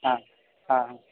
હા હા